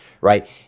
right